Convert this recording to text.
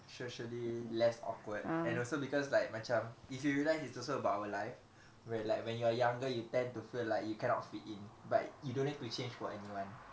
socially less awkward and also because like macam if you realize it's also about our life where like when you are younger you tend to feel like you cannot fit in but you don't need to change for anyone